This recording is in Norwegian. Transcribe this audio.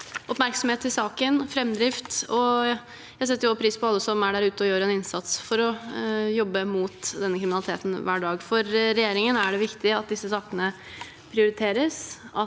oppmerksomhet i saken. Jeg setter også pris på alle som er der ute og gjør en innsats hver dag for å jobbe mot denne kriminaliteten. For regjeringen er det viktig at disse sakene prioriteres,